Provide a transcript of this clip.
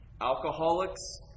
Alcoholics